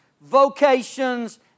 vocations